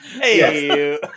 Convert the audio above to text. Hey